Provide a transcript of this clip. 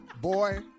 Boy